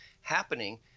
happening